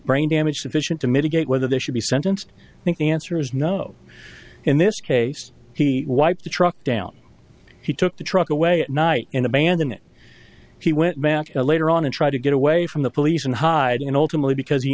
brain damage sufficient to mitigate whether they should be sentenced think the answer is no in this case he wiped the truck down he took the truck away at night and abandon it he went back later on and try to get away from the police and hide and ultimately because he